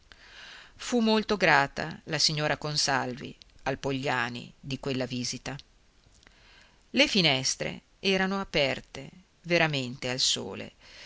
fu molto grata la signora consalvi al pogliani di quella visita le finestre erano aperte veramente al sole